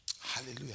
Hallelujah